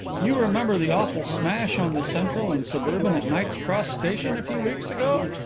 you remember the awful smash on the central and suburban at knight's cross station a few weeks ago?